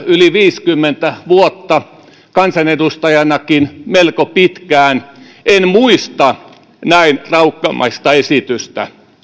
yli viisikymmentä vuotta kansanedustajanakin melko pitkään en muista näin raukkamaista esitystä